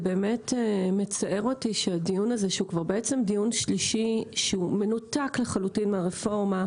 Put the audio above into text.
מצער אותי שהדיון הזה שהוא כבר הדיון השלישי מנותק לחלוטין מהרפורמה.